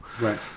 right